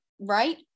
right